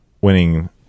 winning